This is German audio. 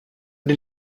den